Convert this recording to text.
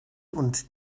und